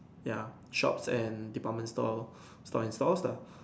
ya shops and department stores store and stores lah